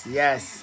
yes